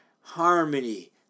harmony